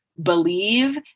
believe